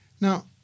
now